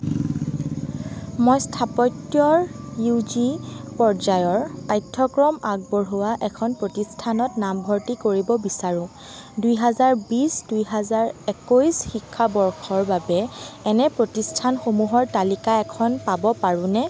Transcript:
মই স্থাপত্যৰ U G পৰ্যায়ৰ পাঠ্যক্ৰম আগবঢ়োৱা এখন প্ৰতিষ্ঠানত নামভৰ্তি কৰিব বিচাৰোঁ দুই হাজাৰ বিশ দুই হাজাৰ একৈছ শিক্ষাবৰ্ষৰ বাবে এনে প্ৰতিষ্ঠানসমূহৰ তালিকা এখন পাব পাৰোঁনে